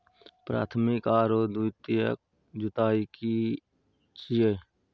प्राथमिक आरो द्वितीयक जुताई की छिये?